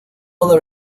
other